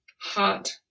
hot